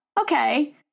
okay